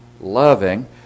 loving